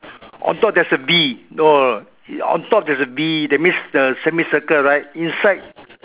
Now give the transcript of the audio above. on top there's a B no on top there's a B that means the semicircle right inside